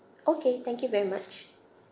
okay thank you very much